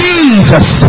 Jesus